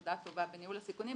ועבודה טובה בניהול הסיכונים,